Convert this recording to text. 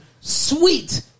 Sweet